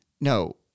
No